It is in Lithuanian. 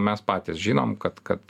mes patys žinom kad kad